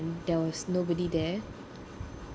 there was nobody there